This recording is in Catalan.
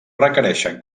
requereixen